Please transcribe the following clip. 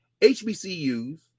HBCUs